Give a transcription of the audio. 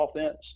offense